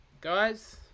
Guys